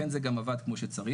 מאוד מהר ולכן זה גם עבד כמו שצריך.